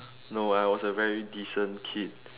no I was a very decent kid